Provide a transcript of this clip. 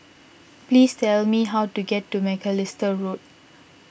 please tell me how to get to Macalister Road